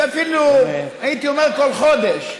ואפילו הייתי אומר כל חודש,